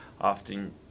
Often